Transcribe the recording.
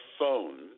phone